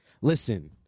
Listen